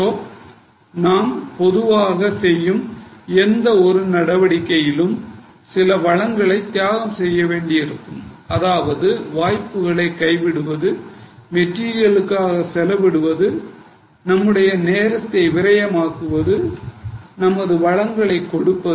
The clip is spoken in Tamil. எனவே நாம் பொதுவாக எந்த ஒரு நடவடிக்கையிலும் சில வழங்களை தியாகம் செய்ய வேண்டியிருக்கும் அதாவது வாய்ப்புகளை கைவிடுவது மெட்டீரியலுக்காக செலவிடுவது நமது நேரத்தை விரயமாக்குவது நமது வளங்களை கொடுப்பது